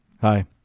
Hi